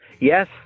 Yes